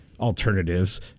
alternatives